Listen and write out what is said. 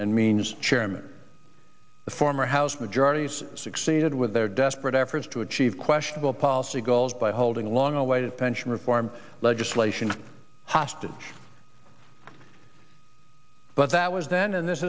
and means chairman the former house majority succeeded with their desperate efforts to achieve questionable policy goals by holding long awaited pension reform legislation hostage but that was then and this